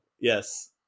yes